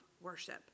worship